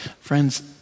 Friends